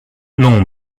non